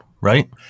right